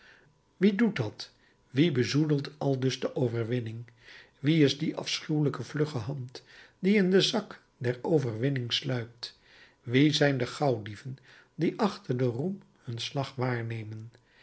wie doet dat wie bezoedelt aldus de overwinning wie is die afschuwelijke vlugge hand die in den zak der overwinning sluipt wie zijn de gauwdieven die achter den roem hun slag waarnemen